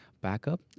backup